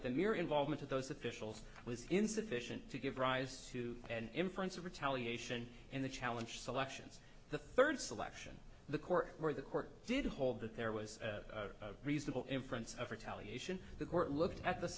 that the mere involvement of those officials was insufficient to give rise to an inference of retaliation and the challenge selections the third selection the court or the court did hold that there was a reasonable inference of retaliation the court looked at the